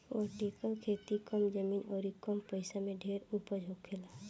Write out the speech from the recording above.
vertical खेती कम जमीन अउरी कम पइसा में ढेर उपज होखेला